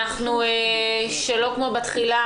שלא כמו בתחילה,